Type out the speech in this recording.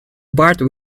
bart